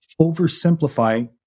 oversimplify